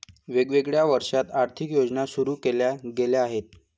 वेगवेगळ्या वर्षांत आर्थिक योजना सुरू केल्या गेल्या आहेत